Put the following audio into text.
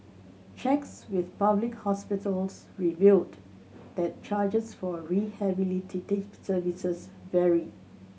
checks with public hospitals revealed that charges for a rehabilitative services vary